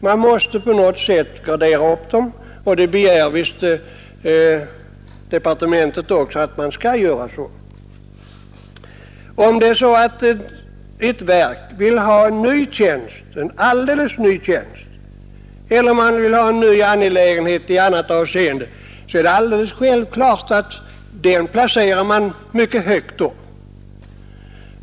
Man måste på något sätt gradera dem, och det begär visst departementet också att man skall göra. Om det är så att ett verk vill ha en helt ny tjänst eller en ny verksamhet, så är det alldeles självklart att man placerar detta mycket högt upp.